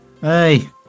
Hey